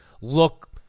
look